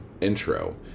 intro